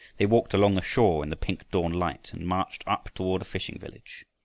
they walked along the shore in the pink dawn-light and marched up toward a fishing village.